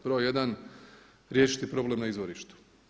Broj jedan riješiti problem na izvorištu.